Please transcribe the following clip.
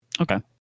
Okay